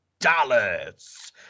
Dallas